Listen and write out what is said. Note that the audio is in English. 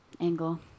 Angle